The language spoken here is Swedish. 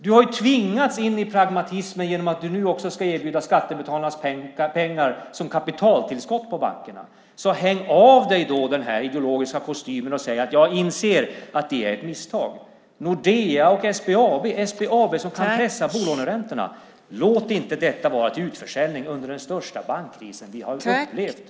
Du har ju tvingats in i pragmatismen genom att du nu också ska erbjuda skattebetalarnas pengar som kapitaltillskott till bankerna. Så häng då av dig den här ideologiska kostymen och säg att du inser att det är ett misstag! Beträffande Nordea och SBAB - SBAB som kan pressa bolåneräntorna: Låt inte detta bli en utförsäljning under den största bankkrisen vi har upplevt globalt.